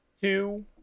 two